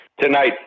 tonight